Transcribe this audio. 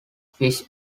fish